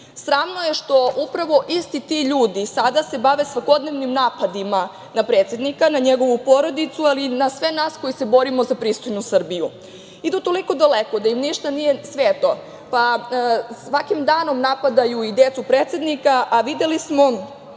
je što upravo isti ti ljudi sada se bave svakodnevnim napadima na predsednika, na njegovu porodicu, ali i na sve nas koji se borimo za pristojnu Srbiju. Idu toliko daleko da im ništa nije sveto, pa svakim danom napadaju decu predsednika, a videli smo